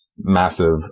massive